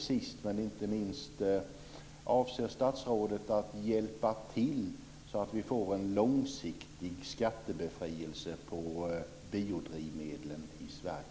Sist men inte minst: Avser statsrådet att hjälpa till så att vi får en långsiktig skattebefrielse på biodrivmedel i Sverige?